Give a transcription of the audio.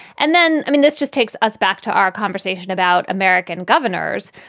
and then, i mean, this just takes us back to our conversation about american governors.